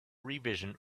revision